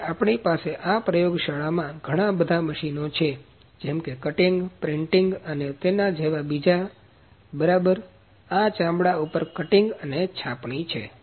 હવે આપણી પાસે આ પ્રયોગશાળામાંમાં ઘણા બધા મશીનો છે જેમકે કટીંગ પ્રિન્ટીંગ અને તેની જેવા બીજા બરાબર આ ચામડા ઉપર કટિંગ અને છાપણી છે